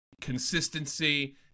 consistency